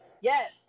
yes